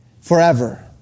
forever